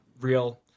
real